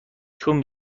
چون